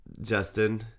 Justin